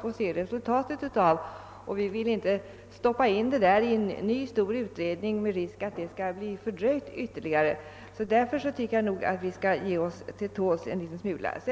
få se resultatet av detta arbete. Därför vill vi inte stoppa in frågorna i en ny stor utredning med risk att alltsammans blir ytterligare fördröjt. Jag tycker att vi alla skall ge oss till tåls en smula.